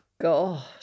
god